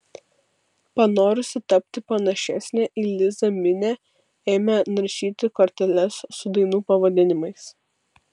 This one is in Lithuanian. panorusi tapti panašesnė į lizą minė ėmė naršyti korteles su dainų pavadinimais